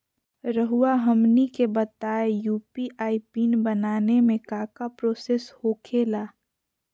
रहुआ हमनी के बताएं यू.पी.आई पिन बनाने में काका प्रोसेस हो खेला?